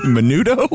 Menudo